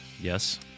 yes